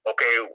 Okay